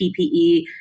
ppe